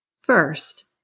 First